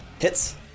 hits